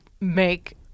make